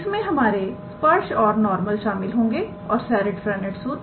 इसमें हमारे स्पर्श और नॉर्मल शामिल होंगे और सेरिट फ्रेंनीट सूत्र